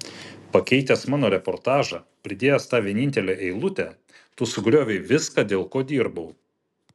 pakeitęs mano reportažą pridėjęs tą vienintelę eilutę tu sugriovei viską dėl ko dirbau